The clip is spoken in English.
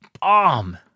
bomb